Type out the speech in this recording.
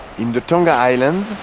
in the tonga islands,